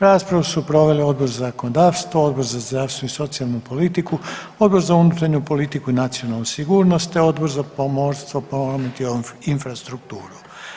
Raspravu su proveli Odbor za zakonodavstvo, Odbor za zdravstvo i socijalnu politiku, Odbor za unutarnju politiku i nacionalnu sigurnost te Odbor za pomorstvo, promet i infrastrukturu.